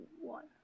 one